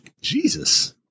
Jesus